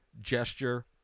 gesture